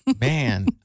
Man